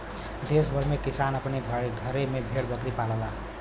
देस भर में किसान अपने घरे में भेड़ बकरी पालला